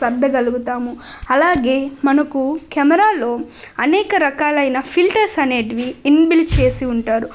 సర్దగలుగుతాం అలాగే మనకు కెమెరాలో అనేక రకాలైన ఫిల్టర్స్ అనేవి ఇన్బిల్డ్ చేసి ఉంటారు